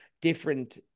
different